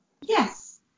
Yes